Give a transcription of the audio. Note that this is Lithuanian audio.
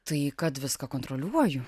tai kad viską kontroliuoju